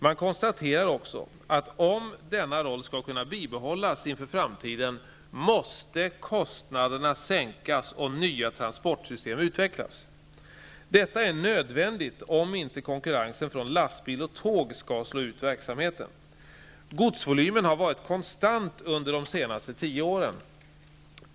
Man konstaterar också, att om denna roll skall kunna bibehållas inför framtiden måste kostnaderna sänkas och nya transportsystem utvecklas. Detta är nödvändigt om inte konkurrensen från lastbil och tåg skall slå ut verksamheten. Godsvolymen har varit konstant under de senaste tio åren.